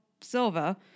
Silva